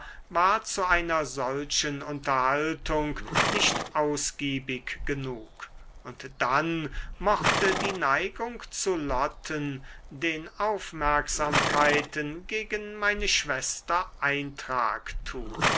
war zu einer solchen unterhaltung nicht ausgiebig genug und dann mochte die neigung zu lotten den aufmerksamkeiten gegen meine schwester eintrag tun